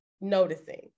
noticing